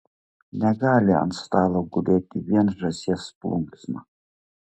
negali ant stalo gulėti vien žąsies plunksna